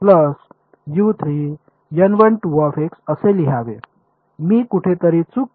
मी कुठेतरी चूक केली आहे